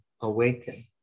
awaken